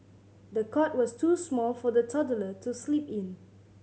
the cot was too small for the toddler to sleep in